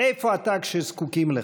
איפה אתה כשזקוקים לך,